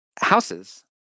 houses